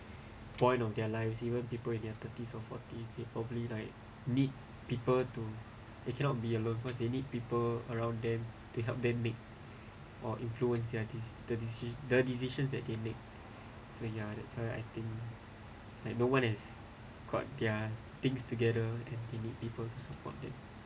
point on their lives even people in their thirties or forties they are probably like need people to they cannot be alone they need people around them help them make or influence their decisions the decis~ the decisions that they make so ya that's why I think no one has got their things together and they need people to support them